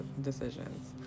decisions